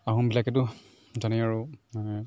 আহোমবিলাকেতো জানেই আৰু